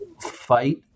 fight